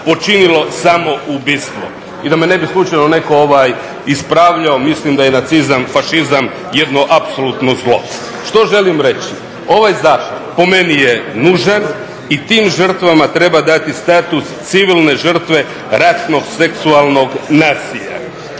počinilo samoubistvo. I da me ne bi slučajno netko ispravljao, mislim da je nacizam, fašizam jedno apsolutno zlo. Što želim reći? Ovaj zakon po meni je nužan i tim žrtvama treba dati status civilne žrtve ratnog seksualnog nasilja.